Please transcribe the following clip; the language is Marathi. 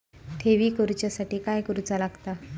ठेवी करूच्या साठी काय करूचा लागता?